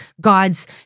God's